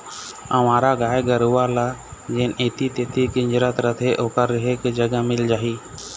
अवारा गाय गरूवा ल जेन ऐती तेती किंजरत रथें ओखर रेहे के जगा मिल जाही